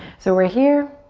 so we're here